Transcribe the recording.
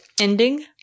ending